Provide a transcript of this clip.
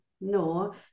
no